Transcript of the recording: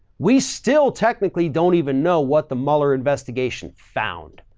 we still technically don't even know what the mueller investigation found.